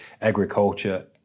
agriculture